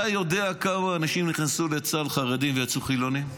אתה יודע כמה אנשים נכנסו לצה"ל חרדים ויצאו חילונים?